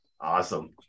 Awesome